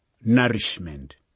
nourishment